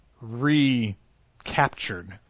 recaptured